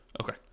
okay